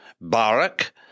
Barak